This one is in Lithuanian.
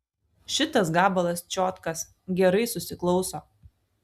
šitas gabalas čiotkas gerai susiklauso